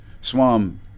SWAM